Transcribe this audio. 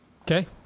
Okay